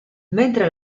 mentre